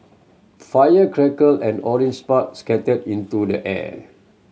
fire crackled and orange sparks scattered into the air